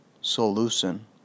Solution